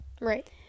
Right